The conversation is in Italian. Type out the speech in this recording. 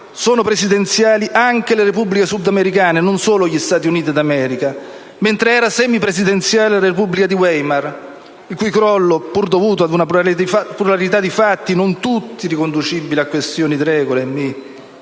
sono presidenziali anche le Repubbliche sudamericane, non solo gli Stati Uniti d'America; mentre era semi presidenziale la Repubblica di Weimar, il cui crollo, pur dovuto ad una pluralità di fatti, non tutti riconducibili a questioni di regole